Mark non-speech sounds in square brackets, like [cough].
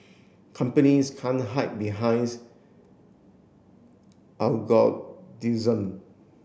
companies can't hide behinds [unintelligible]